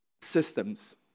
systems